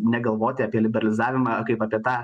negalvoti apie liberalizavimą kaip apie tą